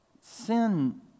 Sin